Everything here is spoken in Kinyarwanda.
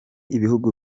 ibihugu